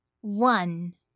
One